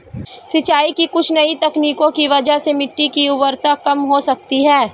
सिंचाई की कुछ नई तकनीकों की वजह से मिट्टी की उर्वरता कम हो सकती है